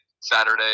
Saturday